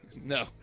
No